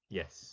yes